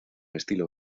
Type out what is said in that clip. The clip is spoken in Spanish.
estilo